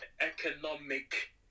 economic